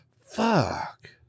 Fuck